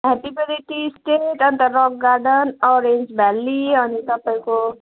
happy valley tea estate and rock garden orange valley अनि तपाईँको